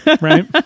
right